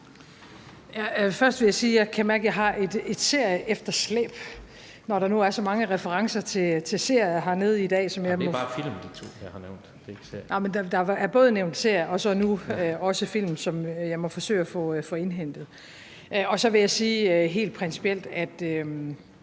at jeg kan mærke, at jeg har et serieefterslæb, når der nu er så mange referencer til serier her i salen i dag. (Jens Rohde (KD): Det er film, jeg har nævnt. Det er ikke serier). Der er både nævnt serier og nu også film, som jeg må forsøge at få indhentet. Og så vil jeg sige helt principielt, at